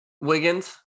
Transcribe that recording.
Wiggins